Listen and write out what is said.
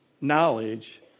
Knowledge